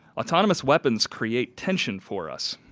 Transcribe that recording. autonomous weapons create tension for us.